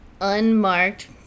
unmarked